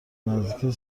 نزدیک